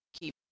keep